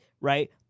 right